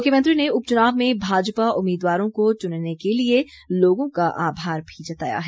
मुख्यमंत्री ने उपचुनाव में भाजपा उम्मीदवारों को चुनने के लिए लोगों का आभार भी जताया है